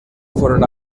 fueron